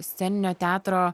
sceninio teatro